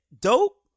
Dope